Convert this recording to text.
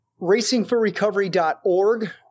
Racingforrecovery.org